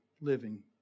living